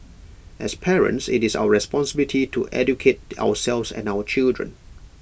as parents IT is our responsibility to educate ourselves and our children